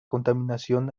contaminación